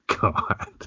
God